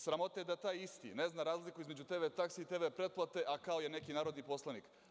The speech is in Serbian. Sramota je da taj isti ne zna razliku između TV taksi i TV pretplate, a kao je neki narodni poslanik.